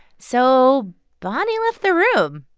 so bonnie left the room.